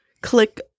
click